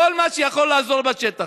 כל מה שיכול לעזור בשטח.